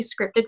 scripted